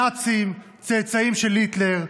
נאצים, צאצאים של היטלר.